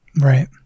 right